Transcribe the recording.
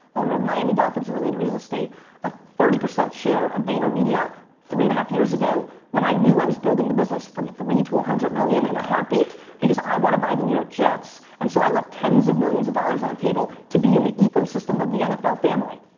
owner the miami dolphins and related real estate a thirty percent share of vaynermedia three and half years ago when i knew i was building the business from three to one hundred million in a heartbeat because i want to buy the new york jets and so i left tens of millions of dollars on the table to be in the ecosystem of the nfl family.